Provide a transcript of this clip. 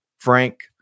Frank